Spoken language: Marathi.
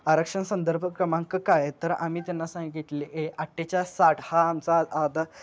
आरक्षण संदर्भ क्रमांक काय तर आम्ही त्यांना सांगितले ए अठ्ठेचाळीस साठ हा आमचा आता